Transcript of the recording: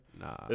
Nah